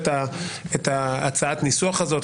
את הצעת הניסוח הזאת,